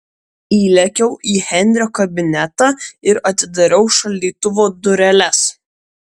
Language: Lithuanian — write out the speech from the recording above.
įlėkiau į henrio kabinetą ir atidariau šaldytuvo dureles